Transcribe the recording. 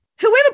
Whoever